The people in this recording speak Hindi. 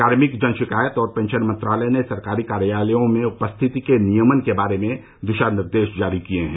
कार्मिक जन शिकायत और पेंशन मंत्रालय ने सरकारी कार्यालयों में उपस्थिति के नियमन के बारे में दिशा निर्देश जारी किये हैं